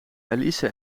elise